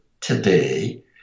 today